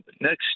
Next